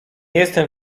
jestem